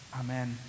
Amen